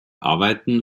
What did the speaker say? arbeiten